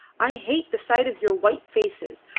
i hate the sight of your white faces.